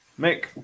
Mick